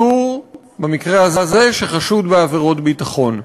עצור שחשוד בעבירות ביטחון,